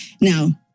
Now